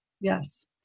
Yes